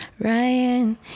Ryan